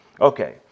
Okay